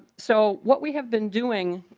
so what we have been doing